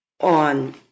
on